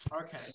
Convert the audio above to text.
Okay